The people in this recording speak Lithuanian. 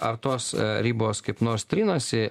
ar tos ribos kaip nors trinasi